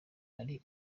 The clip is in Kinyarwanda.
ari